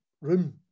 room